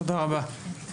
תודה רבה.